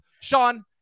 Sean